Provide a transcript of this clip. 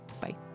Bye